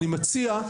אני מציע,